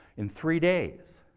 in three days.